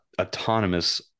autonomous